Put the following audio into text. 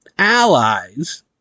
allies